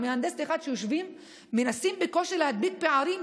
יושבים ומנסים בקושי להדביק פערים,